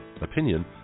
opinion